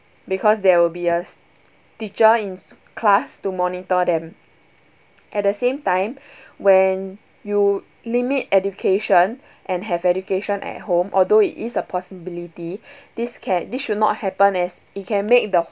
because there will be a s~ teacher in class to monitor them at the same time when you limit education and have education at home although it is a possibility this can this should not happen as it can make the